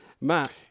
Matt